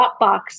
Dropbox